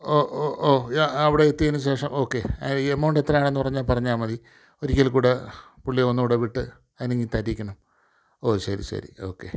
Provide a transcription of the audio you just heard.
ഓ ഓ ഓ അവിടെ എത്തിയതിന് ശേഷം ഓക്കേ എമൗണ്ട് എത്രയാണെന്ന് പറഞ്ഞാൽ പറഞ്ഞാൽ മതി ഒരിക്കൽ കൂടെ പുള്ളിയെ ഒന്നു കൂടെ വിട്ട് ഐനിങ് തരീക്കണം ഓ ശരി ശരി ഓക്കെ